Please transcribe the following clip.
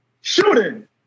Shooting